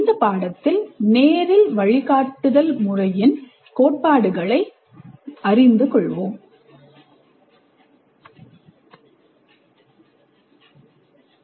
இந்த பாடத்தில் நேரில் அல்லது வழிகாட்டுதல் முறையின் கோட்பாடுகளை அறிந்து கொள்வோம்